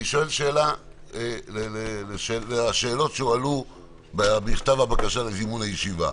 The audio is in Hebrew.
אני שואל לשאלות שהועלו במכתב הבקשה לזימון הישיבה.